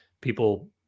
people